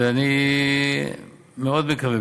ואני מאוד מקווה,